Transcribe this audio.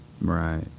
Right